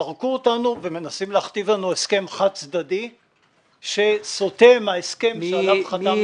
זרקו אותנו ומנסים להכתיב לנו הסכם חד צדדי שסוטה מההסכם עליו חתמנו.